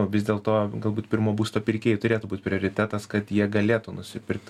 vis dėlto galbūt pirmo būsto pirkėjai turėtų būt prioritetas kad jie galėtų nusipirkt